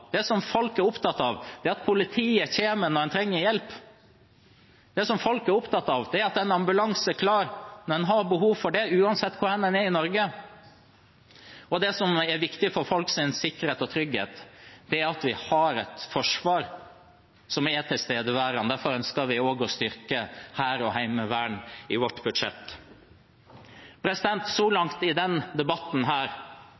makrotall. Det folk er opptatt av, er at politiet kommer når en trenger hjelp. Det folk er opptatt av, er at en ambulanse er klar når en har behov for det, uansett hvor hen en er i Norge. Og det som er viktig for folks sikkerhet og trygghet, er at vi har et forsvar som er tilstedeværende. Derfor ønsker vi også å styrke hær og heimevern i vårt budsjett. Så